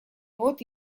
вот